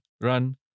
run